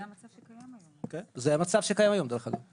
זה המצב שקיים היום דרך אגב.